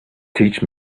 teach